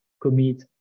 Commit